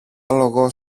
άλογο